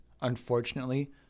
unfortunately